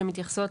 שמתייחסות